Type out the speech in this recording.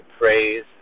praise